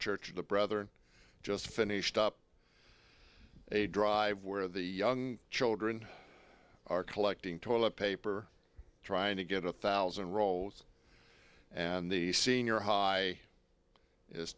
church the brother and i just finished up a drive where the children are collecting toilet paper trying to get a thousand rolls and the senior high is